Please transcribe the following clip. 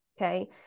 okay